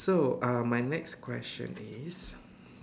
so uh my next question is